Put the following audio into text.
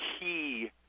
key